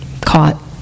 caught